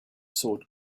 sword